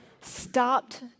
stopped